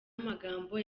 magambo